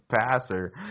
passer